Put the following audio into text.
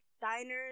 diners